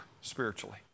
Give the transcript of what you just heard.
spiritually